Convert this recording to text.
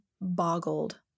boggled